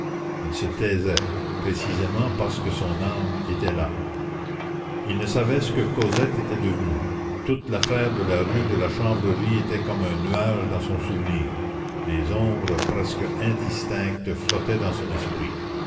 il se taisait précisément parce que son âme était là il ne savait ce que cosette était devenue toute l'affaire de la rue de la chanvrerie était comme un nuage dans son souvenir des ombres presque indistinctes flottaient dans son esprit